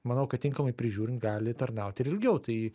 manau kad tinkamai prižiūrint gali tarnaut ir ilgiau tai